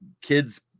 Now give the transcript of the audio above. kids